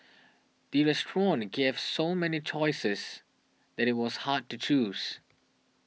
the restaurant gave so many choices that it was hard to choose